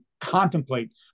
contemplate